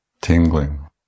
tingling